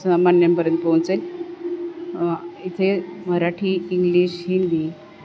सामान्यांपर्यंत पोहचेल इथे मराठी इंग्लिश हिंदी